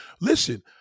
Listen